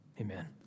amen